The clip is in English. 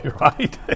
right